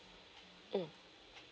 mm